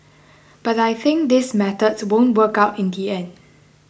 but I think these methods won't work out in the end